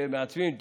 שמעצבים את